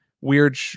weird